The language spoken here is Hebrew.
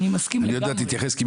אני מסכים לגמרי,